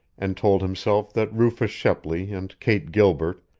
and told himself that rufus shepley and kate gilbert,